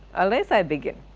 or else i begin.